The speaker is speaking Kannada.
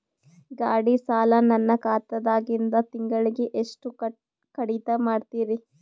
ಗಾಢಿ ಸಾಲ ನನ್ನ ಖಾತಾದಾಗಿಂದ ತಿಂಗಳಿಗೆ ಎಷ್ಟು ಕಡಿತ ಮಾಡ್ತಿರಿ?